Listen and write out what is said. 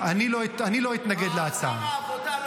אני לא אתנגד להצעה הזו בוועדת השרים.